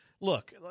Look